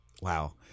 wow